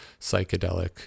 psychedelic